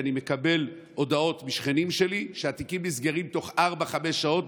אני מקבל הודעות משכנים שלי שהתיקים נסגרים תוך ארבע או חמש שעות,